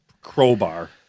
crowbar